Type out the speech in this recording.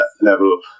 level